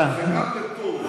אז נכבד אותך ונגיד וניתן לך,